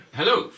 Hello